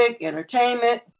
entertainment